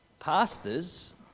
Pastors